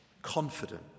Confident